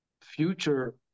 future